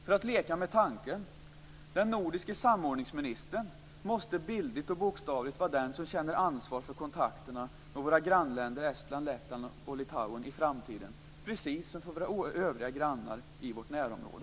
För att leka med tanken: Den nordiska samordningsministern måste bildligt och bokstavligt vara den som känner ansvar för kontakterna med våra grannländer Estland, Lettland och Litauen i framtiden - precis som för våra övriga grannar i vårt närområde.